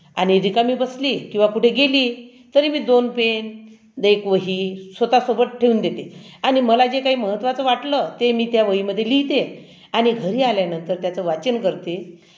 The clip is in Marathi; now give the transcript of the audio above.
आणि रिकामी बसली किंवा कुठे गेली तरी मी दोन पेन एक वही स्वतःसोबत ठेवून देते आणि मला जे काही महत्त्वाचं वाटलं ते मी त्या वहीमध्ये लिहिते आणि घरी आल्यानंतर त्याचं वाचन करते